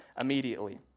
immediately